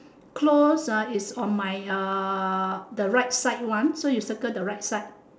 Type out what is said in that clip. closed uh is on my uh the right side one so you circle the right side